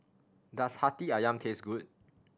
does Hati Ayam taste good